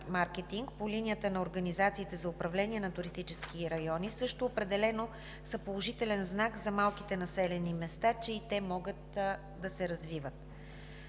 по линията на организациите за управление на туристически райони също определено са положителен знак за малките населени места, че и те могат да се развиват.